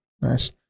Nice